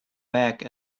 back